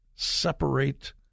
separate